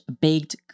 baked